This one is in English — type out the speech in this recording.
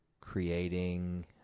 Creating